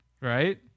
right